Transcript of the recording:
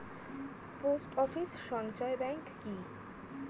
Post office সঞ্চয় bank কি?